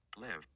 live